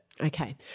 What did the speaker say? Okay